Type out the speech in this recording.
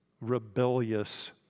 rebellious